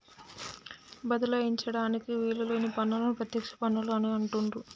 బదలాయించడానికి వీలు లేని పన్నులను ప్రత్యక్ష పన్నులు అని అంటుండ్రు